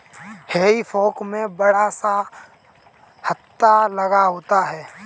हेई fork में बड़ा सा हत्था लगा होता है